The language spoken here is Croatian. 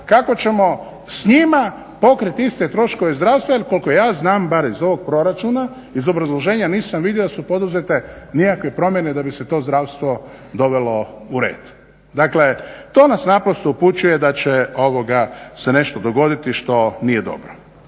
kako ćemo s njima pokriti iste troškove zdravstva jer koliko ja znam barem iz ovog proračuna, iz obrazloženja nisam vidio da su poduzete nikakve promjene da bi se to zdravstvo dovelo u red. Dakle, to nas naprosto upućuje da će ovoga se nešto dogoditi što nije dobro.